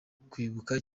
kwibuka